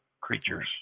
creatures